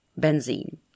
benzene